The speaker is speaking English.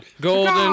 Golden